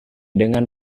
dengan